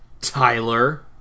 Tyler